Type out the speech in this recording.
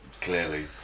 Clearly